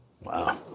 Wow